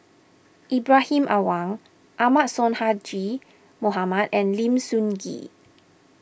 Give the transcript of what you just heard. Ibrahim Awang Ahmad Sonhadji Mohamad and Lim Sun Gee